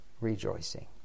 rejoicing